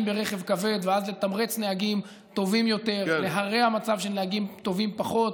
ברכב כבד ואז לתמרץ נהגים טובים יותר ולהרע מצב של נהגים טובים פחות.